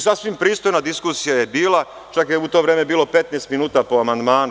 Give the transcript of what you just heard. Sasvim pristojna diskusija je bila, čak je u to vreme bilo 15 minuta po amandmanu.